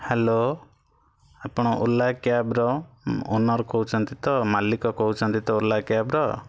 hello ଆପଣ ଓଲା କ୍ୟାବର owner କହୁଛନ୍ତି ତ ମାଲିକ କହୁଛନ୍ତି ତ ଓଲା କ୍ୟାବର